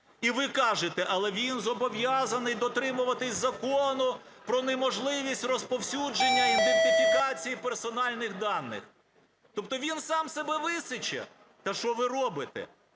І ви кажете: "Але він зобов'язаний дотримуватись Закону про неможливість розповсюдження ідентифікації персональних даних". Тобто він сам себе висіче? Та що ви робите?